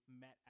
met